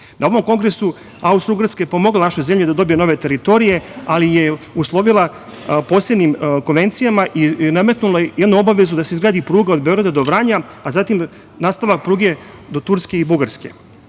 Na ovom kongresu Austrougarska je pomogla našoj zemlji da dobije nove teritorije, ali je uslovila posebnim konvencijama i nametnula jednu obavezu – da se izgradi pruga od Beograda do Vranja, a zatim nastavak pruge do Turske i Bugarske. Knez